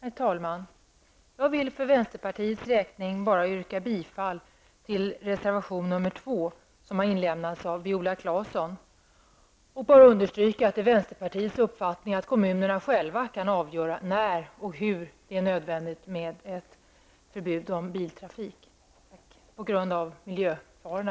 Herr talman! Jag vill för vänsterpartiets räkning bara yrka bifall till reservation 2, som Viola Claesson har fogat till betänkandet. Jag vill också understryka att det är vänsterpartiets uppfattning att kommunerna själva kan avgöra när och hur det är nödvändigt med ett förbud mot biltrafik på grund av miljöfarorna.